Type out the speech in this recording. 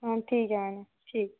आं ठीक ऐ मैडम ठीक